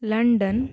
London